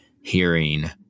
hearing